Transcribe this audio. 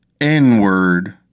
N-word